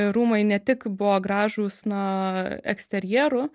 rūmai ne tik buvo gražūs na eksterjeru